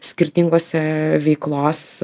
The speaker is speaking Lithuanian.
skirtingose veiklos